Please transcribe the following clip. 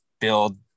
build